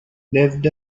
lived